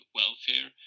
welfare